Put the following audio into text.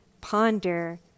ponder